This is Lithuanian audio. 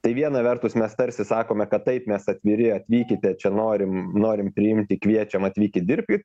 tai viena vertus mes tarsi sakome kad taip mes atviri atvykite čia norim norim priimti kviečiam atvykit dirbkit